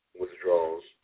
withdrawals